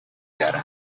rwigara